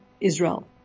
Israel